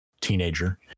teenager